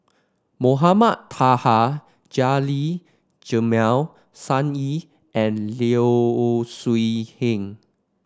Mohamed Taha Jamil Sun Yee and Low Siew Nghee